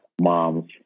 moms